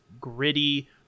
gritty